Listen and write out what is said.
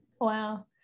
Wow